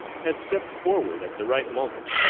had stepped forward at the right moment,